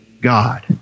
God